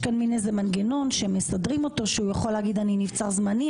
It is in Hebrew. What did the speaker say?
יש כאן איזה מן מנגנון שמסדרים אותו שהוא יכול להגיד אני נבצר זמני,